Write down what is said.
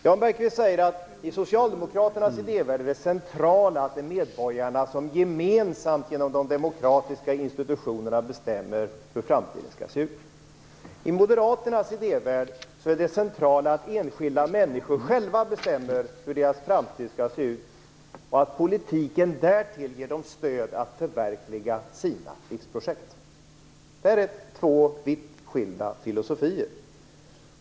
Jan Bergqvist säger att det centrala i socialdemokraternas idévärld är att det är medborgarna som gemensamt, genom de demokratiska institutionerna, bestämmer hur framtiden skall se ut. I moderaternas idévärld är det centrala att enskilda människor själva bestämmer hur deras framtid skall se ut och att politiken därtill ger dem stöd att förverkliga sina livsprojekt. Detta är två vitt skilda filosofier.